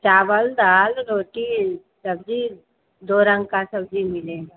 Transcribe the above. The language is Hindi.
चावल दाल रोटी सब्ज़ी दो रंग का सब्ज़ी मिलेगा